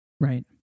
Right